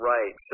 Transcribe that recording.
Right